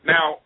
Now